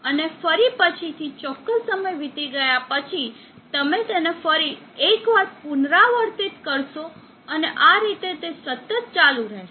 અને પછી ફરીથી ચોક્કસ સમય વીતી ગયા પછી તમે તેને ફરી એકવાર પુનરાવર્તિત કરશો અને આ રીતે તે સતત ચાલુ રહેશે